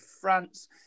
France